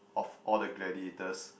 of all the gladiators